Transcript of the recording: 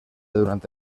durante